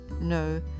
No